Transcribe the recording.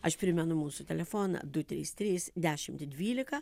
aš primenu mūsų telefoną du trys trys dešimt dvylika